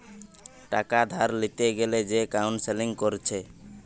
টাকা ধার লিতে গ্যালে যে কাউন্সেলিং কোরছে